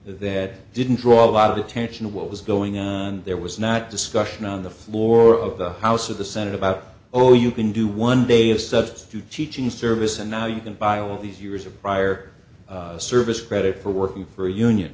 that didn't draw a lot of attention to what was going on and there was not discussion on the floor of the house of the senate about oh you can do one day of substitute teaching service and now you can buy all these years of prior service credit for working for a union